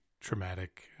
traumatic